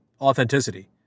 authenticity